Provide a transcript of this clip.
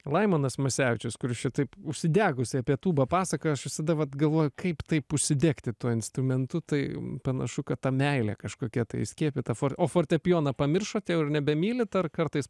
laimonas masevičius kuris čia taip užsidegusiai apie tūbą pasakoja aš visada vat galvoju kaip taip užsidegti tuo instrumentu tai panašu kad ta meilė kažkokia tai įskiepyta o fortepijoną pamiršot jau ir nebemylit ar kartais